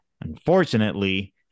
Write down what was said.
unfortunately